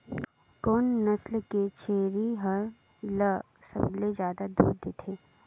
कोन नस्ल के छेरी ल सबले ज्यादा दूध देथे?